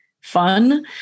fun